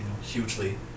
hugely